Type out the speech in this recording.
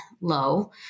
low